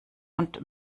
und